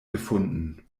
gefunden